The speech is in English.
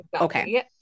Okay